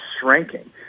shrinking